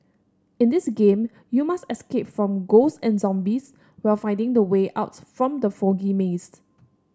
in this game you must escape from ghost and zombies while finding the way out from the foggy mazed